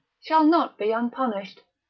shall not be unpunished.